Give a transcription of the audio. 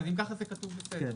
אם כך, זה כתוב בסדר.